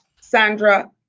Sandra